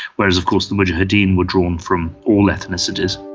whereas of course the mujahedeen were drawn from all ethnicities.